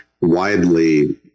widely